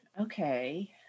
Okay